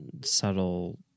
subtle